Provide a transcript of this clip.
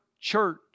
church